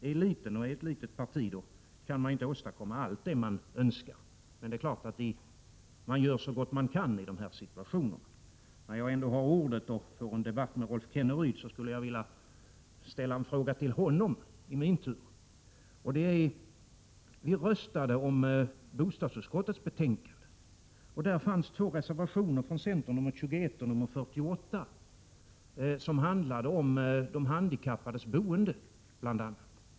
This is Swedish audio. Är man ett litet parti kan man inte åstadkomma allt vad man önskar, men vi gör i sådana här situationer så gott vi kan. När jag har ordet för en debatt med Rolf Kenneryd skulle jag i min tur vilja ställa en fråga till honom. Vi voterade i dag om bostadsutskottets betänkande nr 10. I detta fanns två reservationer från centern, nr 21 och 48, som bl.a. handlade om de handikappades boende.